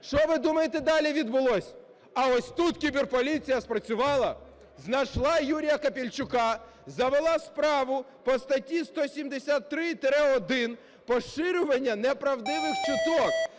Що ви думаєте далі відбулося? А ось тут кіберполіція спрацювала: знайшла Юрія Капільчука, завела справу по статті 173-1 "поширювання неправдивих чуток".